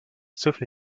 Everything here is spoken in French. sauf